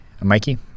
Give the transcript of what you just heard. Mikey